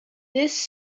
this